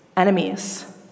enemies